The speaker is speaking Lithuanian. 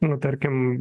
nu tarkim